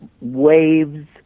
waves